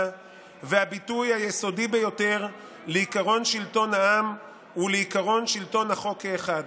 והביטוי היסודי ביותר לעקרון שלטון העם ולעקרון שלטון החוק כאחד.